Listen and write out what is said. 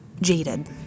jaded